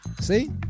See